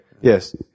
Yes